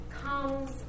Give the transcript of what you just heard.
comes